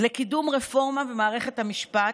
לקידום רפורמה במערכת המשפט,